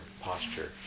posture